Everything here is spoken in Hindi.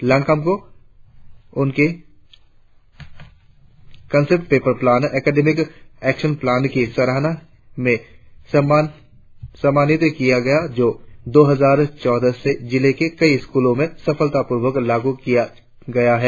लांगकम को उनके concept paper plan academic action plan की सराहना में सम्मानित किया गया जिसे दो हजार चौदह से जिले के स्कूलों में सफलतापूर्वक लागू किया जा रहा है